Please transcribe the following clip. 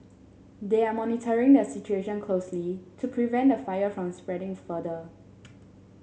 they are monitoring the situation closely to prevent the fire from spreading further